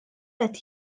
qed